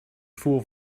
fool